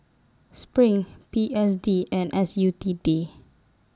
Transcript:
SPRING P S D and S U T D